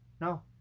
No